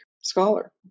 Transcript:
scholar